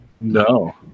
no